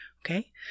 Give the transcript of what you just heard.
Okay